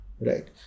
Right